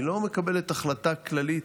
היא לא מקבלת החלטה כללית,